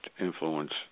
influence